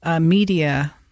media